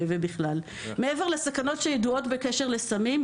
מעבר לסכנות שידועות בקשר לסמים,